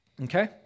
Okay